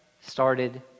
started